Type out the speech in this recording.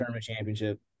Championship